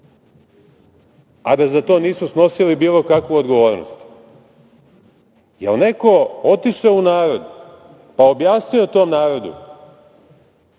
a da za to nisu snosili bilo kakvu odgovornost? Da li je neko otišao u narod, pa objasnio tom narodu